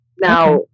Now